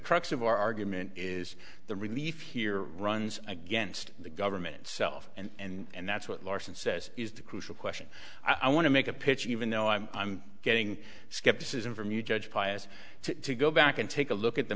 crux of our argument is the relief here runs against the government self and that's what larson says is the crucial question i want to make a pitch even though i'm getting skepticism from you judge bias to go back and take a look at the